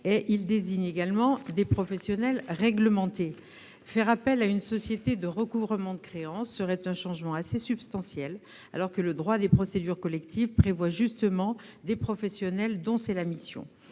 Il désigne également des professionnels réglementés. Faire appel à une société de recouvrement de créances serait un changement assez substantiel, alors que le droit des procédures collectives prévoit justement des professionnels dont c'est la mission.